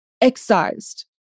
excised